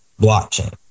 blockchain